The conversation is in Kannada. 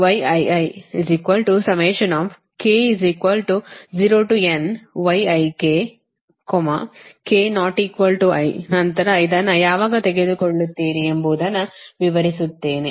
ಮತ್ತು ನಂತರ ಇದನ್ನು ಯಾವಾಗ ತೆಗೆದುಕೊಳ್ಳುತ್ತೀರಿ ಎಂಬುದನ್ನು ವಿವರಿಸುತ್ತೇನೆ